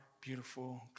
beautiful